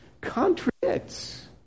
contradicts